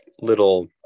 little